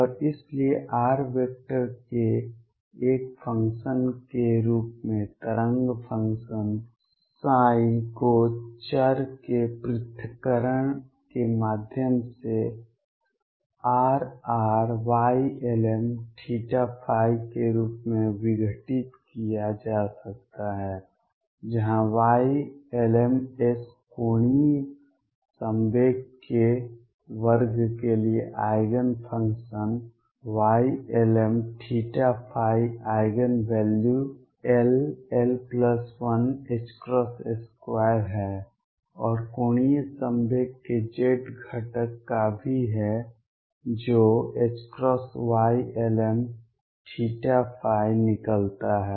और इसलिए r vector के एक फ़ंक्शन के रूप में तरंग फ़ंक्शन psi को चर के पृथक्करण के माध्यम से RrYlmθϕ के रूप में विघटित किया जा सकता है जहां Ylms कोणीय संवेग के वर्ग के लिए आइगेन फ़ंक्शन हैं Ylmθϕ आइगेन वैल्यू ll12 है और कोणीय संवेग के z घटक का भी है जो Ylmθϕ निकलता है